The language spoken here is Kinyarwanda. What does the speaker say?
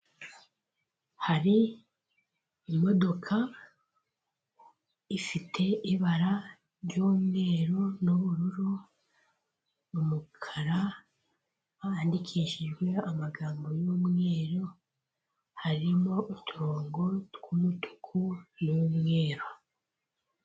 Hari imodoka ifite ibara ry'umweru n'ubururu, umukara wandikishijwe amagambo y'umweru harimo uturongo tw'umutuku n'umweru.